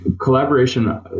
collaboration